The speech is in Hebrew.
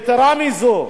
יתירה מזאת,